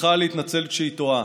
וצריכה להתנצל כשהיא טועה,